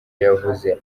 yavuze